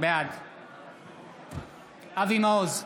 בעד אבי מעוז,